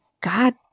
God